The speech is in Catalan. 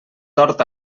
tord